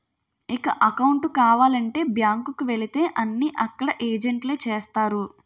ఇక అకౌంటు కావాలంటే బ్యాంకు కు వెళితే అన్నీ అక్కడ ఏజెంట్లే చేస్తారు